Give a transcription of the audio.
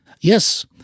Yes